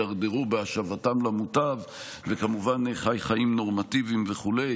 ובהשבתם למוטב של כאלה שהידרדרו וכמובן חי נורמטיביים וכו'.